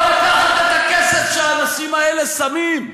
אבל לקחתם את הכסף שהאנשים האלה שמים.